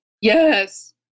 Yes